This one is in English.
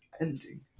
ending